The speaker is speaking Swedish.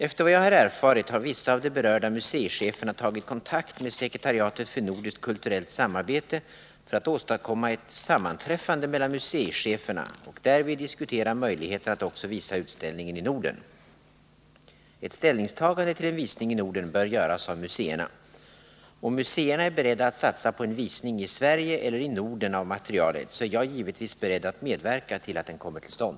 Efter vad jag har erfarit har vissa av de berörda museicheferna tagit kontakt med sekretariatet för nordiskt kulturellt samarbete för att åstadkomma ett sammanträffande mellan museicheferna och därvid diskutera möjligheterna att också visa utställningen i Norden. Ett ställningstagande till en visning i Norden bör göras av museerna. Om museerna är beredda att satsa på en visning i Sverige eller i Norden av materialet, så är jag givetvis beredd att medverka till att den kommer till stånd.